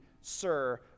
sir